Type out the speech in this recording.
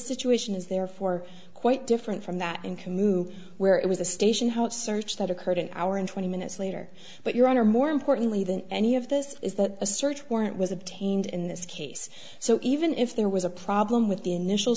situation is there for quite different from that in commute where it was the station house search that occurred an hour and twenty minutes later but your honor more importantly than any of this is that a search warrant was obtained in this case so even if there was a problem with the initial